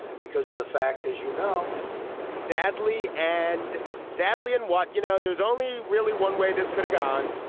because of the fact as you know i think sadly and sadly in what you know there's only really one way this could've gone.